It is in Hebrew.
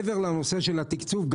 מעבר לנושא התקצוב,